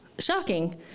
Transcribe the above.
Shocking